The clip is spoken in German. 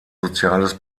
soziales